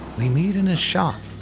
we meet in his shop,